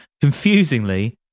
confusingly